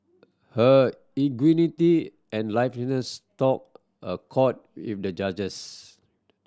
her ingenuity and liveliness struck a chord with the judges